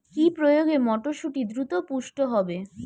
কি প্রয়োগে মটরসুটি দ্রুত পুষ্ট হবে?